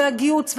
והגיהוץ,